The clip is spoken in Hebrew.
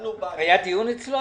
התחלנו --- היה דיון אצלו,